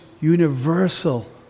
universal